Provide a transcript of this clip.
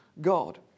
God